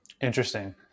Interesting